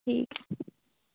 ठीक ऐ